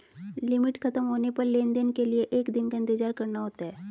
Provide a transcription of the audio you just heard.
limit खत्म होने पर लेन देन के लिए एक दिन का इंतजार करना होता है